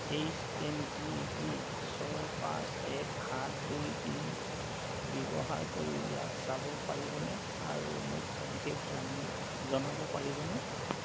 H M G G ছয় পাঁচ এক সাত দুই তিনি ব্যৱহাৰ কৰি ইয়াক চাব পাৰিবনে আৰু মোক সবিশেষ জানি জনাব পাৰিবনে